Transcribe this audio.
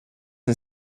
and